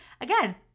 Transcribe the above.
Again